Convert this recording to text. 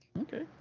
Okay